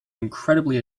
incredibly